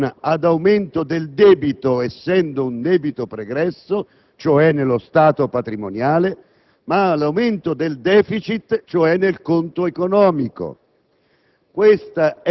Non ad aumento del debito, quindi, essendo un debito pregresso, cioè nello stato patrimoniale, ma ad aumento del*deficit*, cioè nel conto economico.